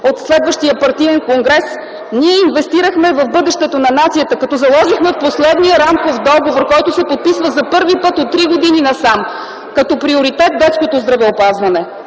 от следващия партиен конгрес, ние инвестирахме в бъдещето на нацията, като заложихме в последния рамков договор, който се подписва за първи път от три години насам, като приоритет детското здравеопазване.